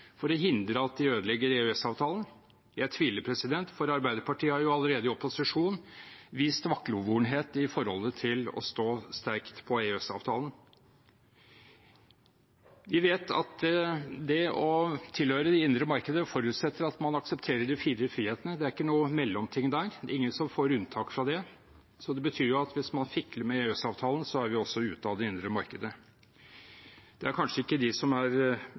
for å hindre at de ødelegger EØS-avtalen? Jeg tviler, for Arbeiderpartiet har allerede i opposisjon vist vaklevorenhet når det gjelder å stå sterkt på EØS-avtalen. Vi vet at det å tilhøre det indre marked forutsetter at man aksepterer de fire frihetene. Det er ingen mellomting der – ingen som får unntak fra det. Det betyr at hvis man fikler med EØS-avtalen, er vi også ute av det indre marked. Det er kanskje ikke de som er